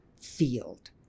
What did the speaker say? field